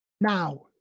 Now